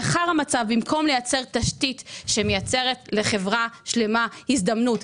צריך לייצר תשתית שמייצרת לחברה שלמה הזדמנות.